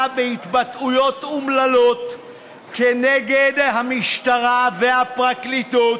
אתה, בהתבטאויות אומללות כנגד המשטרה והפרקליטות,